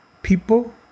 People